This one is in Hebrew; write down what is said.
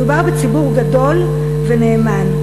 מדובר בציבור גדול ונאמן,